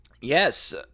Yes